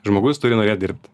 žmogus turi norėt dirbt